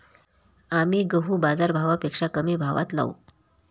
आम्ही गहू बाजारभावापेक्षा कमी भावात लावू